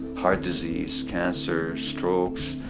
heart disease, cancer, strokes,